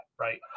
right